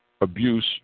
Abuse